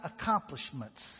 accomplishments